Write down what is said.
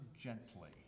gently